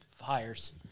hires